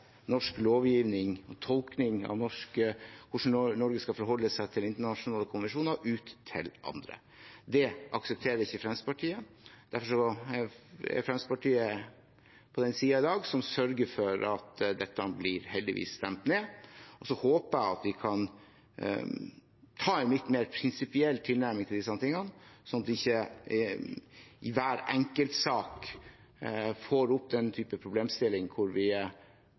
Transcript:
norsk lovgivning og tolkning av hvordan Norge skal forholde seg til internasjonale konvensjoner, ut til andre. Det aksepterer ikke Fremskrittspartiet. Derfor er Fremskrittspartiet på den siden i dag som sørger for at dette heldigvis blir stemt ned. Jeg håper vi kan ha en litt mer prinsipiell tilnærming til disse tingene, sånn at vi ikke i hver enkelt sak får opp den type problemstilling hvor